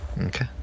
Okay